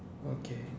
okay